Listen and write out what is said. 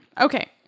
Okay